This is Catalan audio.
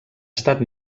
estat